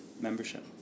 membership